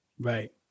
Right